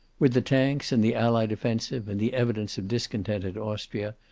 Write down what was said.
with the tanks, and the allied offensive and the evidence of discontent in austria,